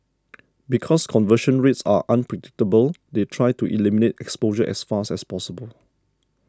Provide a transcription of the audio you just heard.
because conversion rates are unpredictable they try to eliminate exposure as fast as possible